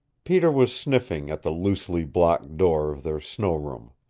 peter was sniffing at the loosely blocked door of their snow-room.